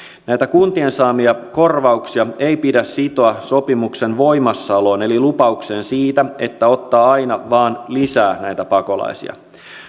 näitä kuntien saamia korvauksia ei pidä sitoa sopimuksen voimassaoloon eli lupaukseen siitä että ottaa aina vain lisää näitä pakolaisia